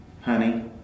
Honey